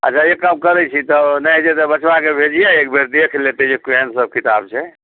अच्छा एक काम करै छी तऽ नहि जे तऽ बचबाक भेजियै एकबेर देख लेतै जे केहन सब किताब छै